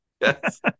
Yes